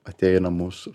ateina mūsų